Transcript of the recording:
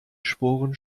sporen